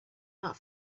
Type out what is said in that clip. not